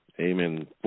Amen